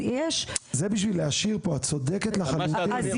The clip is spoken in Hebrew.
זה בשביל להשאיר פה, את צודקת לחלוטין.